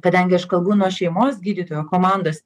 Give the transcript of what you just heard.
kadangi aš kalbu nuo šeimos gydytojo komandos